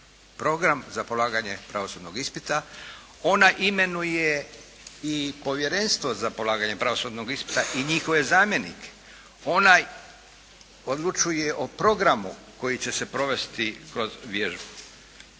Program za polaganje pravosudnog ispita ona imenuje i povjerenstvo za polaganje pravosudnog ispita i njihove zamjenike. Ona odlučuje o programu koji će se provesti kroz vježbu.